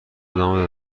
ادامه